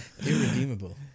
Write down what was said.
Irredeemable